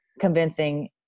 convincing